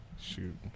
Shoot